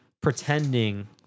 pretending